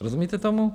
Rozumíte tomu?